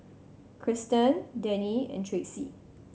Krysten Denny and Tracy